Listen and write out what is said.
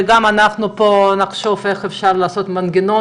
גם אנחנו פה נחשוב איך אפשר לעשות מנגנון